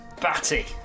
Batty